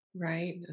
right